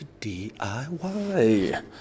DIY